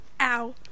Ow